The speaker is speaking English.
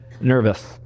nervous